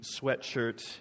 sweatshirt